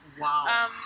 Wow